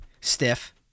Stiff